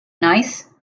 gneiss